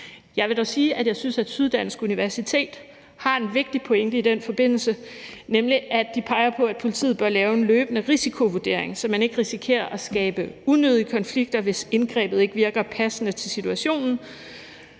Jeg vil dog sige, at jeg synes, at Syddansk Universitet peger på en vigtig pointe i den forbindelse, nemlig at politiet bør lave en løbende risikovurdering, så de ikke risikerer at skabe unødige konflikter, hvis indgrebet ikke virker passende til situationen